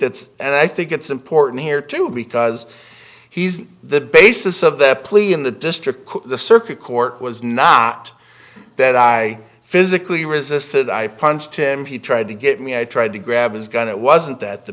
that and i think it's important here too because he's the basis of the plea in the district the circuit court was not that i physically resisted i punched him he tried to get me i tried to grab his gun it wasn't that the